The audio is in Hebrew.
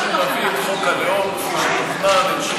אבל אנחנו נביא את חוק הלאום כפי שתוכנן.